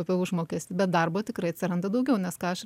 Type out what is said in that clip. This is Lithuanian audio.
apie užmokestį bet darbo tikrai atsiranda daugiau nes ką aš